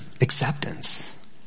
acceptance